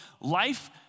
life